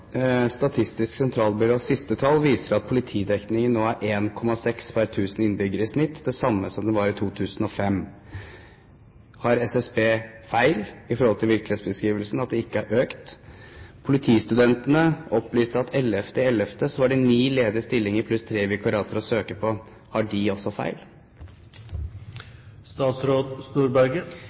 Statistisk sentralbyrås siste tall viser at politidekningen nå er 1,6 per 1 000 innbyggere i snitt – det samme som det var i 2005. Tar SSB feil når det gjelder virkelighetsbeskrivelsen, at det ikke har økt? Politistudentene opplyste at 11. november var det ni ledige stillinger pluss tre vikariater å søke på. Tar de også